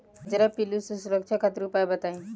कजरा पिल्लू से सुरक्षा खातिर उपाय बताई?